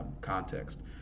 context